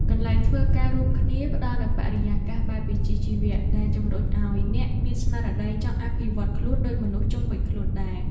កន្លែងធ្វើការរួមគ្នា ផ្ដល់នូវបរិយាកាសបែបវិជ្ជាជីវៈ ដែលជំរុញឱ្យអ្នកមានស្មារតីចង់អភិវឌ្ឍខ្លួនដូចមនុស្សជុំវិញខ្លួនដែរ។